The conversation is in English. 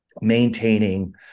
maintaining